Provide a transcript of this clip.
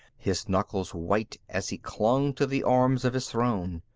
his knuckles white as he clung to the arms of his throne.